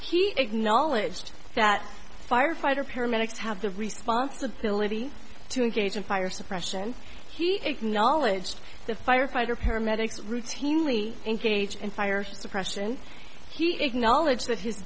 he acknowledged that firefighter paramedics have the responsibility to engage in fire suppression he acknowledged the firefighter paramedics routinely engage in fire suppression he acknowledged that his